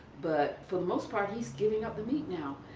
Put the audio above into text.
but for the most part he's giving up the meat now.